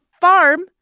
farm